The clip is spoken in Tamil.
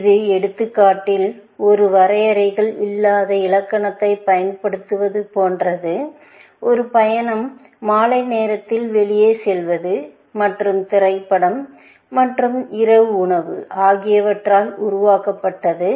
இந்த எடுத்துக்காட்டில் ஒரு வரையறைகள் இல்லாத இலக்கணத்தைப் பயன்படுத்துவது போன்றது ஒரு பயணம் மாலை நேரத்தில் வெளியே செல்வது மற்றும் திரைப்படம் மற்றும் இரவு உணவு ஆகியவற்றால் உருவாக்கப்பட்டது